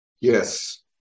Yes